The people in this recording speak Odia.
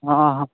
ହଁ ହଁ